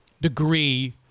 degree